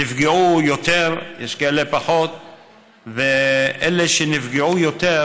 שנפגעו יותר, יש כאלה שפחות, ואלה שנפגעו יותר,